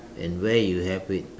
and where you have it